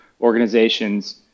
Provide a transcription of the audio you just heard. organizations